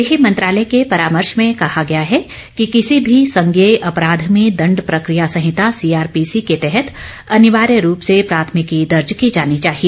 गृह मंत्रालय के परामर्श में कहा गया है कि किसी भी संज्ञेय अपराध में दण्ड प्रक्रिया संहिता सीआरपी सी के तहत अनिवार्य रूप से प्राथमिकी दर्ज की जानी चाहिए